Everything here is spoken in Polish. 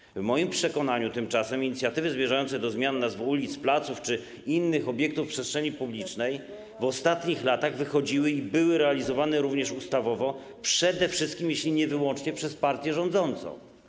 Tymczasem w moim przekonaniu inicjatywy zmierzające do zmian nazw ulic, placów czy innych obiektów w przestrzeni publicznej w ostatnich latach wychodziły i były realizowane, również ustawowo, przede wszystkim, jeśli nie wyłącznie przez partię rządzącą.